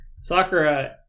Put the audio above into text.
Sakura